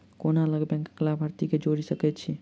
कोना अलग बैंकक लाभार्थी केँ जोड़ी सकैत छी?